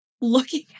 looking